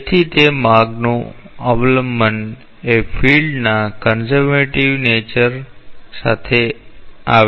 તેથી તે માર્ગનું અવલંબન એ ફિલ્ડના કન્ઝર્વેટિવ નેચર આવે છે